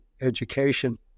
education